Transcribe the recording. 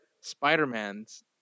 Spider-Man's